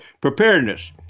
preparedness